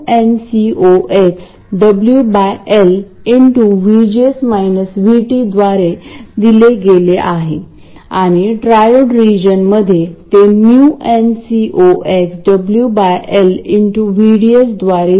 एखाद्या ac signal source मध्ये विशिष्ट डीसी कसा जोडायचा ते आपल्याला माहित आहे म्हणजे असे आहे की आपल्याला dc साठी टर्मिनल A आणि ac साठी टर्मिनल B हे या टर्मिनल शी जोडवे लागेल